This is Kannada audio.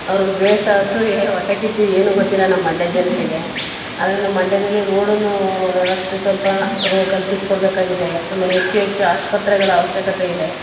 ಅವ್ರಿಗೆ ದ್ವೇಷ ಅಸೂಯೆ ಹೊಟ್ಟೆಕಿಚ್ಚು ಏನು ಗೊತ್ತಿಲ್ಲ ನಮ್ಮ ಮಂಡ್ಯ ಜನತೆಗೆ ಆದರೆ ನಮ್ಮ ಮಂಡ್ಯದಲ್ಲಿ ರೋಡಿನ ವ್ಯವಸ್ಥೆ ಸ್ವಲ್ಪ ರೋ ಕಲ್ಪಿಸಿಕೊಡಬೇಕಾಗಿದೆ ಆಮೇಲೆ ಹೆಚ್ಚು ಹೆಚ್ಚು ಆಸ್ಪತ್ರೆಗಳ ಅವಶ್ಯಕತೆ ಇದೆ